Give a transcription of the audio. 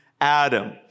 Adam